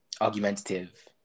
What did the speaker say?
Argumentative